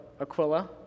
Aquila